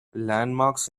landmarks